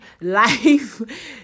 Life